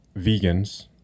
vegans